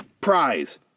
prize